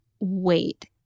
wait